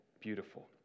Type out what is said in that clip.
beautiful